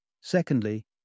Secondly